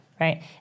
Right